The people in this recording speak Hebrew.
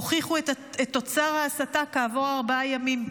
הוכיחו את תוצר ההסתה כעבור ארבעה ימים,